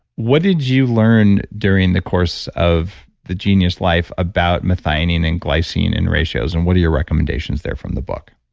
what did you learn during the course of the genius life about methionine and glycine, and ratios? and what are your recommendations there from the book?